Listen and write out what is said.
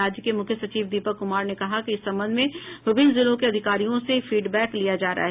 राज्य के मुख्य सचिव दीपक कुमार ने कहा है कि इस संबंध में विभिन्न जिलों के अधिकारियों से फीडबैक लिया जा रहा है